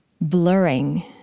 blurring